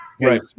Right